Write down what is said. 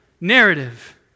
narrative